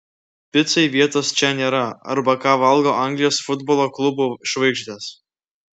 picai vietos čia nėra arba ką valgo anglijos futbolo klubų žvaigždės